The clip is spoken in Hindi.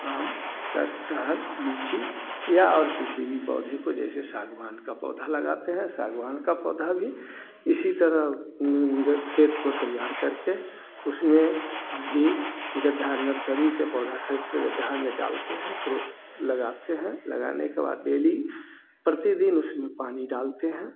आम कटहल लीची या और किसी भी पौधे को जैसे सागवान का पौधा लगाते हैं सागवान का पौधा भी इसी तरह खेत को तैयार करके उसमें भी गड्ढा नर्सरी से पौधा खरीद के गड्ढा में डालते हैं लगाते हैं लगाने के बाद डेली प्रतिदिन उसमें पानी डालते हैं